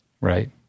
Right